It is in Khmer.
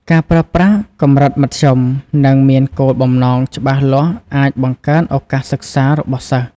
ការប្រើប្រាស់កម្រិតមធ្យម និងមានគោលបំណងច្បាស់លាស់អាចបង្កើនឱកាសសិក្សារបស់សិស្ស។